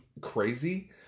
crazy